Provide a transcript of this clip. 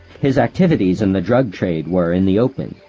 his activities in the drug trade were in the open,